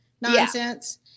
nonsense